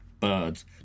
birds